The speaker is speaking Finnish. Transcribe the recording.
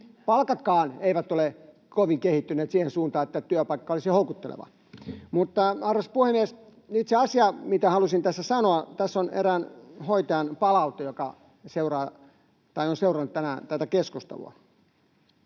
Palkatkaan eivät ole kovin kehittyneet siihen suuntaan, että työpaikka olisi houkutteleva. Arvoisa puhemies! Nyt se asia, mitä halusin tässä sanoa. Tässä on palaute eräältä hoitajalta, joka on seurannut tänään tätä keskustelua.